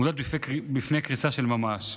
עומדות בפני קריסה של ממש.